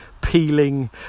peeling